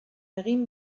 egin